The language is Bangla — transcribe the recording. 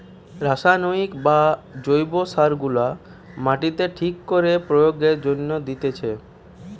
রাসায়নিক বা জৈব সার গুলা মাটিতে ঠিক করে প্রয়োগের জন্যে দিতেছে